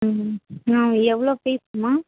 ம் எவ்வளோ ஃபீஸ்ம்மா